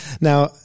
Now